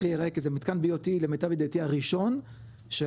ייראה כי זה מתקן BOT למיטב ידיעתי הראשון שהממשלה,